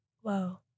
whoa